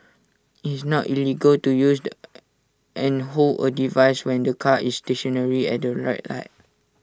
IT is not illegal to use and hold A device when the car is stationary at the red light